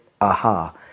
aha